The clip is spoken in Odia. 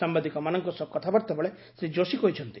ସାମ୍ବାଦିକମାନଙ୍କ ସହ କଥାବାର୍ତାବେଳେ ଶୀ ଯୋଶୀ କହିଛନ୍ତି